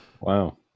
Wow